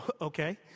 Okay